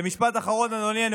משפט אחרון, אדוני.